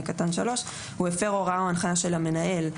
(ז)(3) "הוא הפר הוראה או הנחיה של המנהל",